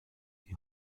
die